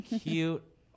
cute